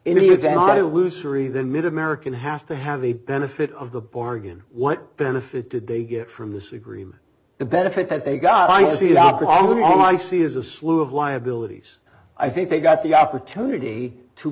example loose or even mid american has to have the benefit of the bargain what benefit did they get from this agreement the benefit that they got i see it up all i see is a slew of liabilities i think they got the opportunity to